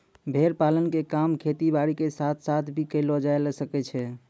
भेड़ पालन के काम खेती बारी के साथ साथ भी करलो जायल सकै छो